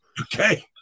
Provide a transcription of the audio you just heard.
Okay